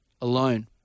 alone